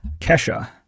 Kesha